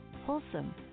wholesome